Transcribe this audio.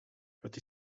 het